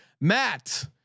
Matt